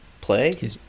play